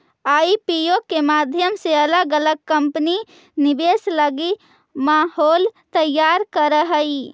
IPO के माध्यम से अलग अलग कंपनि निवेश लगी माहौल तैयार करऽ हई